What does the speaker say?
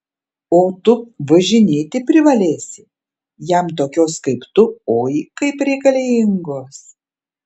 o tu važinėti privalėsi jam tokios kaip tu oi kaip reikalingos